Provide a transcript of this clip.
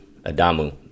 Adamu